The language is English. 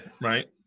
Right